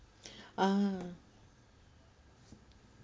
ah